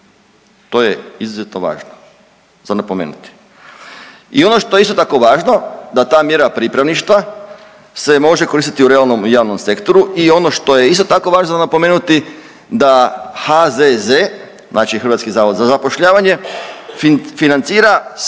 To je izuzetno važno za napomenuti. I ono što je isto tako važno da ta mjera pripravništva se može koristiti u realnom i javnom sektoru i ono što je isto tako važno napomenuti da HZZ, znači Hrvatski zavod za zapošljavanje financira 100%